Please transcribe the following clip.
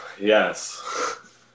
Yes